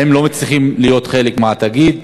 הם לא מצליחים להיות חלק מהתאגיד.